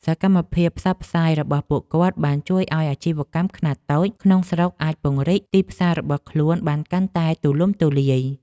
សកម្មភាពផ្សព្វផ្សាយរបស់ពួកគាត់បានជួយឱ្យអាជីវកម្មខ្នាតតូចក្នុងស្រុកអាចពង្រីកទីផ្សាររបស់ខ្លួនបានកាន់តែទូលំទូលាយ។